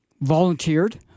volunteered